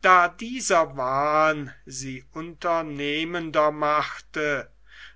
da dieser wahn sie unternehmender machte